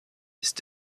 ist